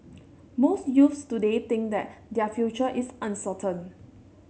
most youths today think that their future is uncertain